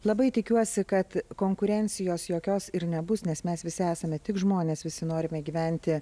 labai tikiuosi kad konkurencijos jokios ir nebus nes mes visi esame tik žmonės visi norime gyventi